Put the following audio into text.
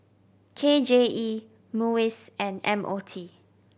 K J E MUIS and M O T